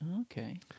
Okay